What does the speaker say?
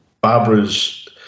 Barbara's